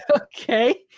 okay